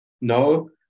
No